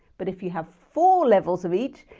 but if you have four levels of each,